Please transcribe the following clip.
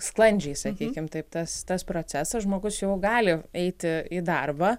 sklandžiai sakykim taip tas tas procesas žmogus jau gali eiti į darbą